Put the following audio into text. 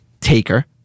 Taker